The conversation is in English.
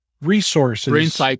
resources